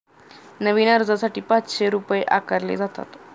नवीन अर्जासाठी पाचशे रुपये आकारले जातात